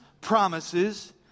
promises